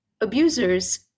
abusers